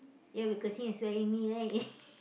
you all be cursing and swearing me right